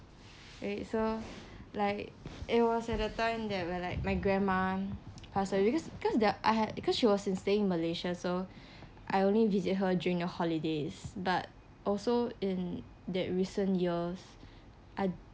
so like it was at the time that when like my grandma passed away because there are I had because she was staying in malaysia so I only visit her during the holidays but also in that recent years I